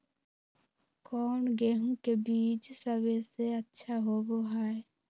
कौन गेंहू के बीज सबेसे अच्छा होबो हाय?